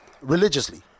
religiously